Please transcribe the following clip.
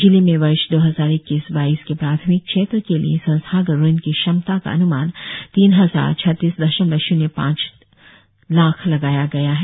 जिले में वर्ष दो हजार इक्कीस बाईस के प्राथमिक क्षेत्र के लिए संस्थागत ऋण की क्षमता का अन्मान तीन हजार छत्तीस दशमलव शून्य पांच लाख लगाया गया है